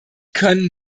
können